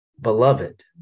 beloved